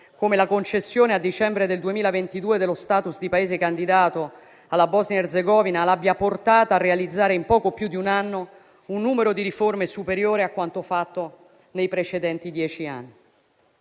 come la concessione a dicembre del 2022 dello *status* di Paese candidato alla Bosnia Erzegovina l'abbia portata a realizzare in poco più di un anno un numero di riforme superiore a quanto fatto nei precedenti dieci anni.